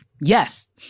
yes